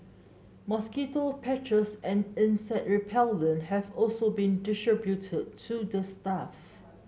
mosquito patches and insect repellent have also been distributed to the staff